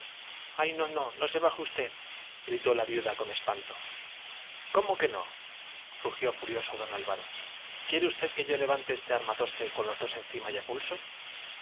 ay no no no se baje usted gritó la viuda con espanto cómo que no rugió furioso don álvaro quiere usted que yo levante este armatoste con los dos encima y a pulso